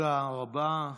תודה רבה.